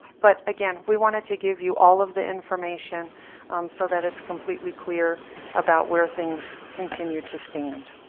but again we wanted to give you all of the information so that it's completely clear about where things continue to stand.